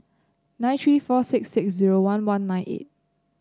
nine three four six six zero one one nine eight